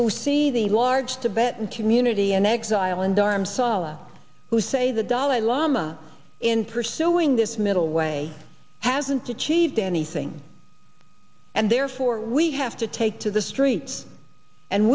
who see the large tibet and community in exile and arm sala who say the dalai lama in pursuing this middle way hasn't achieved anything and therefore we have to take to the streets and